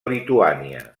lituània